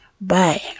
Bye